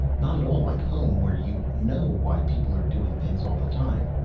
not at all like home where you know why people are doing things all the time.